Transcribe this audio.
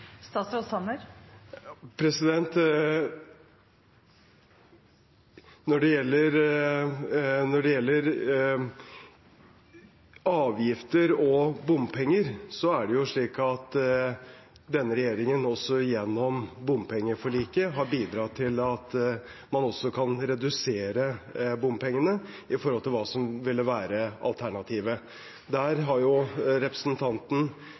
Når det gjelder avgifter og bompenger, har denne regjeringen gjennom bompengeforliket bidratt til at man kan redusere bompengene i forhold til det som ville være alternativet. Der har representanten